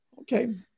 Okay